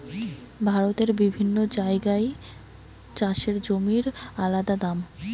ভারতের বিভিন্ন জাগায় চাষের জমির আলদা দাম